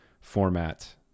format